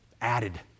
added